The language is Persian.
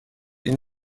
این